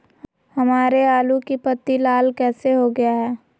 हमारे आलू की पत्ती लाल कैसे हो गया है?